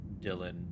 Dylan